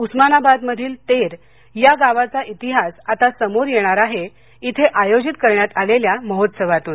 उस्मानाबाद मधील तेर या गावाचा इतिहास आता समोर येणार आहे इथं आयोजित करण्यात आलेल्या महोत्सवातून